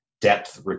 depth